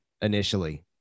initially